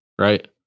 right